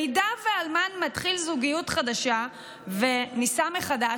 אם אלמן מתחיל זוגיות חדשה ונישא מחדש,